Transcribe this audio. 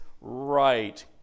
right